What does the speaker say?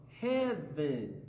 heaven